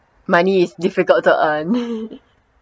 money is difficult to earn